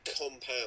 compound